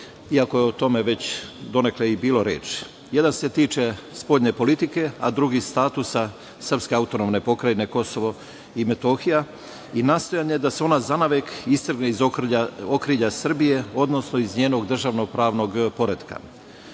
iako je o tome već bilo reči. Jedan se tiče spoljne politike, a drugi statusa srpske AP Kosovo i Metohija i nastojanja da se ona zanavek istrgne iz okrilja Srbije, odnosno iz njenog državnog pravnog poretka.U